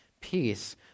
peace